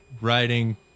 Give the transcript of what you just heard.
writing